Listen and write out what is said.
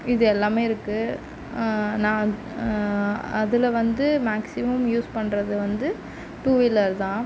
இது எல்லாமே இருக்கு நா அதில் வந்து மேக்சிமம் யூஸ் பண்ணுறது வந்து டூவீலர் தான்